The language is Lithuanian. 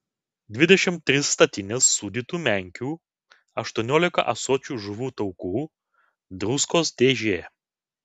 dvidešimt trys statinės sūdytų menkių aštuoniolika ąsočių žuvų taukų druskos dėžė